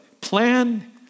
plan